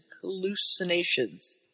hallucinations